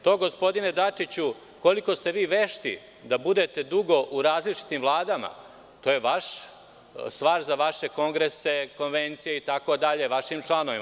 To gospodine Dačiću, koliko ste vi vešti da budete dugo u različitim vladama, to je stvar za vaše kongrese, konvencije i tako dalje, vašim članovima.